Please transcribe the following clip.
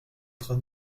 train